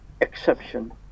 exception